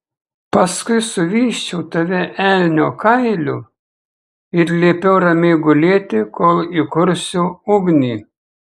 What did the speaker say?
paskui suvysčiau tave elnio kailiu ir liepiau ramiai gulėti kol įkursiu ugnį